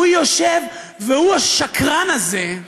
הוא יושב, והוא, השקרן הזה,